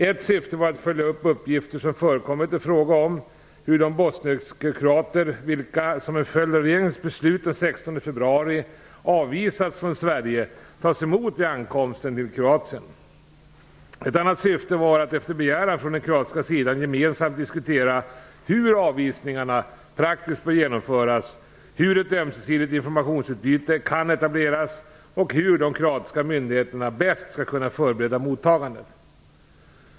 Ett syfte var att följa upp uppgifter som förekommit i fråga om hur de bosnienkroater vilka, som en följd av regeringens beslut den 16 februari, avvisats från Sverige tas emot vid ankomsten till Kroatien. Ett annat syfte var att efter begäran från den kroatiska sidan gemensamt diskutera hur avvisningarna praktiskt bör genomföras, hur ett ömsesidigt informationsutbyte kan etableras och hur de kroatiska myndigheterna bäst skall kunna förbereda mottagandet.